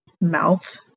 mouth